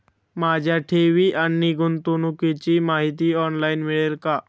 माझ्या ठेवी आणि गुंतवणुकीची माहिती ऑनलाइन मिळेल का?